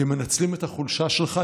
הם מנצלים את החולשה שלך,